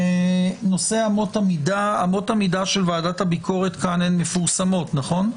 נושא אמות המידה אמות המידה של ועדת הביקורת כאן הן מפורסמות נכון?